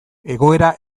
egoera